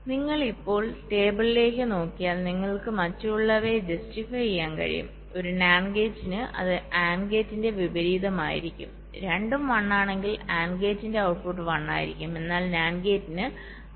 അതിനാൽ നിങ്ങൾ ഇപ്പോൾ ടേബിളിലേക്ക് നോക്കിയാൽ നിങ്ങൾക്ക് മറ്റുള്ളവയെ ജസ്റ്റിഫയ് ചെയ്യാൻ കഴിയും ഒരു NAND ഗേറ്റിന് അത് AND ഗേറ്റിന്റെ വിപരീതമായിരിക്കും രണ്ടും 1 1 ആണെങ്കിൽ AND ഗേറ്റിന്റെ ഔട്ട്പുട്ട് 1 ആയിരിക്കും എന്നാൽ NAND ഗേറ്റ് 0 ആയിരിക്കും